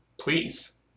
Please